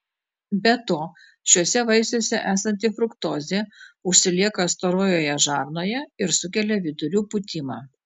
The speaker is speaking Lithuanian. be to šiuose vaisiuose esanti fruktozė užsilieka storojoje žarnoje ir sukelia vidurių pūtimą